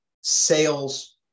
sales